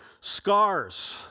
Scars